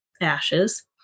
ashes